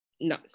no